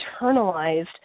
internalized